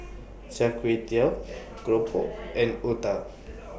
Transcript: Char Kway Teow Keropok and Otah